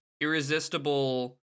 irresistible